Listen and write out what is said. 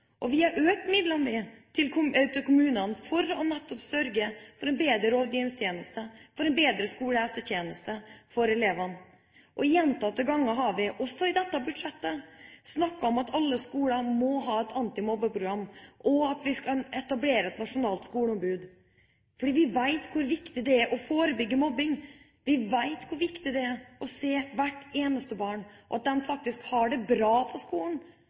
nettopp kan sørge for en bedre rådgivningstjeneste og en bedre skolehelsetjeneste for elevene. Gjentatte ganger, også i dette budsjettet, har vi snakket om at alle skoler må ha et anti-mobbeprogram, og at vi skal etablere et nasjonalt skoleombud. Vi vet hvor viktig det er å forebygge mobbing, vi vet hvor viktig det er å se hvert eneste barn, at de har det bra på skolen